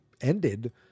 ended